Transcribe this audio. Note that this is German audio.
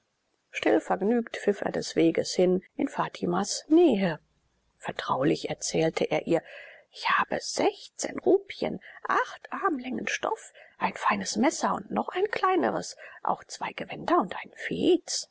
stillvergnügt pfiff er des weges hin in fatimas nähe vertraulich erzählte er ihr ich habe sechzehn rupien acht armlängen stoff ein feines messer und noch ein kleineres auch zwei gewänder und einen fez